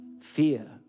fear